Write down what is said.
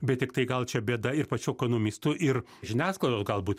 bet tiktai gal čia bėda ir pačių ekonomistų ir žiniasklaidos galbūt